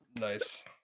Nice